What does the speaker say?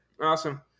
Awesome